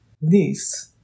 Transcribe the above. niece